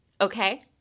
okay